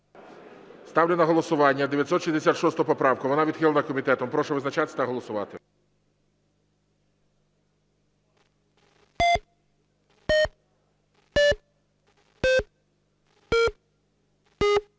Ставлю на голосування 966 поправку, вона відхилена комітетом. Прошу визначатися та голосувати.